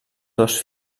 dos